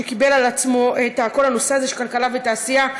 שקיבל על עצמו את כל הנושא הזה של כלכלה ותעשייה.